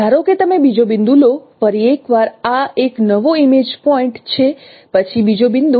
ધારો કે તમે બીજો બિંદુ લો ફરી એકવાર આ એક નવો ઈમેજ પોઇન્ટ છે પછી બીજો બિંદુ